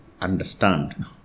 understand